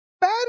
bad